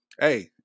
hey